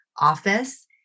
Office